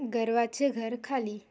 गर्वाचे घर खाली